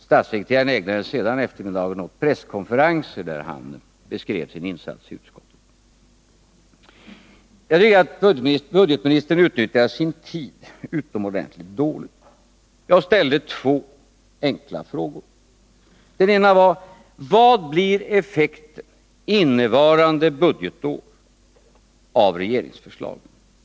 Statssekreteraren ägnade sedan eftermiddagen åt presskonferenser, där han beskrev sin insats i utskottet. Jag tycker att budgetministern utnyttjade sin tid utomordentligt dåligt. Jag ställde två enkla frågor. Den ena var: Vad blir effekten innevarande budgetår av regeringsförslaget?